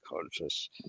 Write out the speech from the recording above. conscious